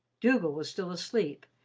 dougal was still asleep,